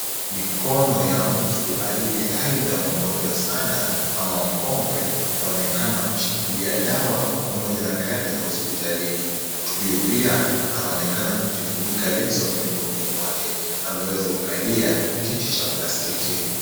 Mikono ya mtu aliye aidha mgonjwa ama mkongwe sana anaonekana akishikilia dawa hospitalini. Mtu huyu pia anaonekana kujifunika leso miguuni mwake. Ameweza kukalia kiti cha plastiki.